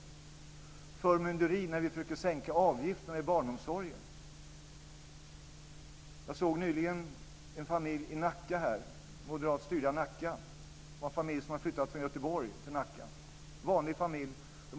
Det är förmynderi när vi försöker sänka avgifterna i barnomsorgen. Jag läste nyligen om en familj som flyttat till det moderat styrda Nacka från Göteborg. Det var en vanlig familj.